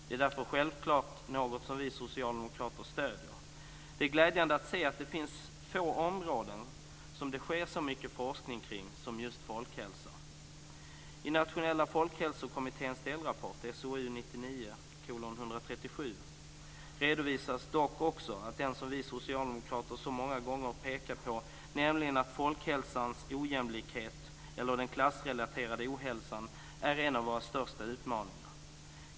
Detta är självfallet något som vi socialdemokrater stödjer. Det är glädjande att se att det finns få områden som det sker så mycket forskning kring som just folkhälsan. 1999:137 redovisas dock också det som vi socialdemokrater så många gånger har pekat på, nämligen att folkhälsans ojämlikhet eller den klassrelaterade ohälsan är en av våra största utmaningar.